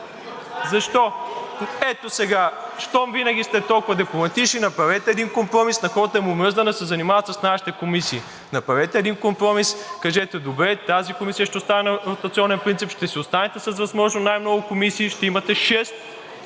Ето сега, щом винаги сте толкова дипломатични, направете един компромис – на хората им омръзна да се занимават с нашите комисии. Направете един компромис, кажете: „Добре, тази комисия ще остане на ротационен принцип, ще си останете с възможно най много комисии, ще имате шест